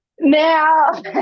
Now